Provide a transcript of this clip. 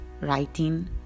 writing